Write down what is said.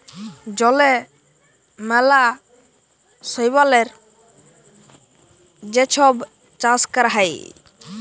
জলে ম্যালা শৈবালের যে ছব চাষ ক্যরা হ্যয়